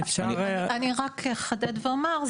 אני רק אחדד ואומר.